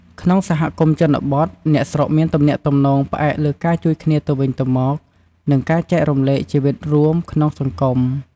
ក្នុងសហគមន៍ជនបទ អ្នកស្រុកមានទំនាក់ទំនងផ្អែកលើការជួយគ្នាទៅវិញទៅមក និងការចែករំលែកជីវិតរួមក្នុងសង្គម។